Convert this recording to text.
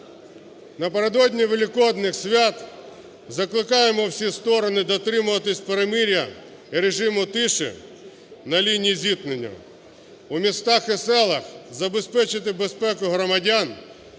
Напередодні Великодніх свят закликаємо всі сторони дотримуватися перемир'я і режиму тиші на лінії зіткнення. У містах і селах забезпечити безпеку громадян